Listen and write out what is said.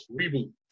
reboot